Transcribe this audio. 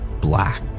black